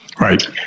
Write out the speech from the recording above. right